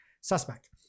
suspect